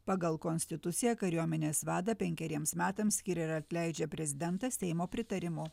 pagal konstitusiją kariuomenės vadą penkeriems metams skiria ir atleidžia prezidentas seimo pritarimu